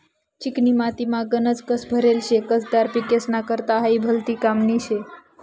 चिकनी मातीमा गनज कस भरेल शे, कसदार पिकेस्ना करता हायी भलती कामनी शे